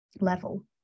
level